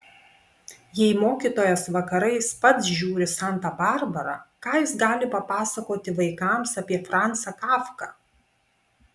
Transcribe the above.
jei mokytojas vakarais pats žiūri santą barbarą ką jis gali papasakoti vaikams apie franzą kafką